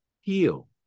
heal